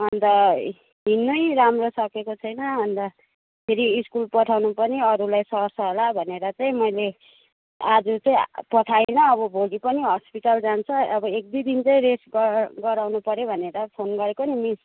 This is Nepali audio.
अन्त हिँड्नै राम्रो सकेको छैन अन्त फेरि स्कुल पठाउनु पनि अरूलाई सर्छ होला भनेर चाहिँ मैले आज चाहिँ पठाइनँ अब भोलि पनि हस्पिटल जान्छ अब एक दुई दिन चाहिँ रेस्ट ग गराउनु पऱ्यो भनेर फोन गरेको नि मिस